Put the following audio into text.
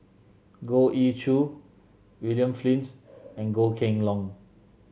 Goh Ee Choo William Flint and Goh Kheng Long